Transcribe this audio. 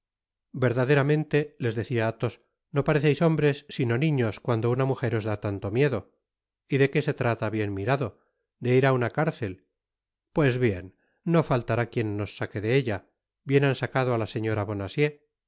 verdaderamente les decia athos no pareceis hombres sino niños cuando una mujer os da tanto miedo y de qué se trata bien mirado de ir á una cárcel pues bien no fallará quien nos saque de ella bien han sacado á la señora bonacieux de